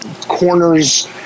corners